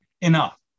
Enough